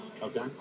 Okay